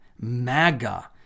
MAGA